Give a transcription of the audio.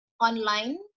online